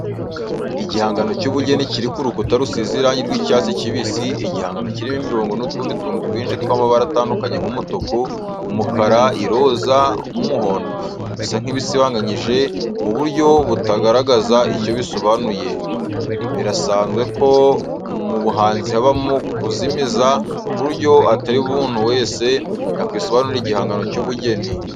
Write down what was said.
Igihangano cy’ubugeni kiri ku rukuta rusize irangi ry’icyatsi kibisi, igihangano kirimo imirongo n’utundi tuntu twinshi tw’amabara atandukanye nk’umutuku, umukara, iroza, n’umuhondo, bisa nk’ibisibanganyije mu buryo butagaragaza icyo busobanuye. Birasanzwe ko mu buhanzi habamo kuzimiza ku buryo atari umuntu wese wakwisobanurira igihangano cy’ubugeni.